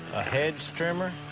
a hedge trimmer.